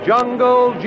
Jungle